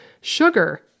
sugar